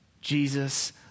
Jesus